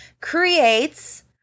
creates